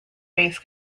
bass